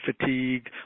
fatigue